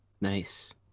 nice